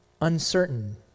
uncertain